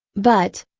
but,